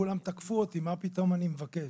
כשכולם תקפו אותי מה פתאום אני מבקש.